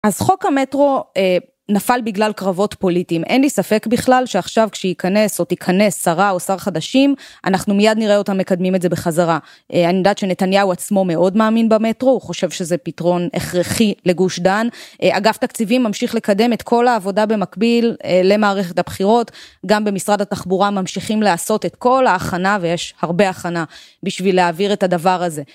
אז חוק המטרו נפל בגלל קרבות פוליטיים, אין לי ספק בכלל שעכשיו כשייכנס או תיכנס שרה או שר חדשים אנחנו מיד נראה אותם מקדמים את זה בחזרה, אני יודעת שנתניהו עצמו מאוד מאמין במטרו, הוא חושב שזה פתרון הכרחי לגוש דן, אגף תקציבים ממשיך לקדם את כל העבודה במקביל למערכת הבחירות, גם במשרד התחבורה ממשיכים לעשות את כל ההכנה ויש הרבה הכנה בשביל להעביר את הדבר הזה.